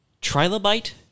trilobite